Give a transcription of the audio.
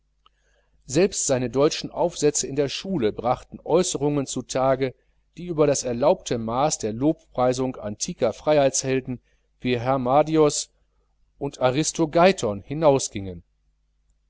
selbst seine deutschen aufsätze in der schule brachten äußerungen zu tage die über das erlaubte maaß der lobpreisung antiker freiheitshelden wie harmodios und